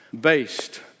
based